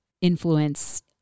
influence